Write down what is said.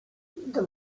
the